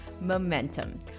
Momentum